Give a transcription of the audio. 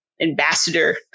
ambassador